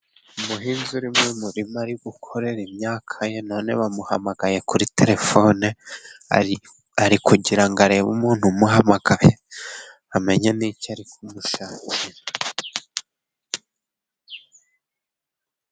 Umuhinzi uri mu murima ari gukorera imyaka ye, none bamuhamagaye kuri telefone ari kugira ngo arebe umuntu umuhamagaye amenya n'icyo ari kumushakira.